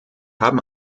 haben